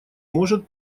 может